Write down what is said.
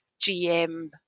GM